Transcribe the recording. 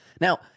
Now